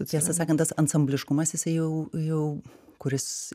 tiesą sakant tas ansambliškumas jisai jau jau kuris